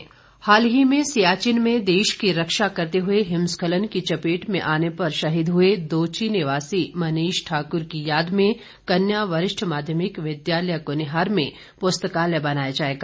सैजल हाल ही में सियाचिन में देश की रक्षा करते हुए हिमस्खलन की चपेट में आने पर शहीद हुए दोची निवासी मनीष ठाक्र की याद में कन्या वरिष्ठ माध्यमिक विद्यालय कुनिहार में पुस्तकालय बनाया जाएगा